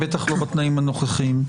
בטח לא בתנאים הנוכחיים.